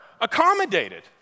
accommodated